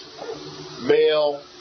male